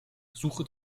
suche